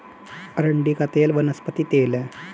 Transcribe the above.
अरंडी का तेल वनस्पति तेल है